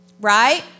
right